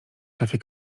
szafie